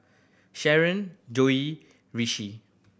Sharen Joi Rishi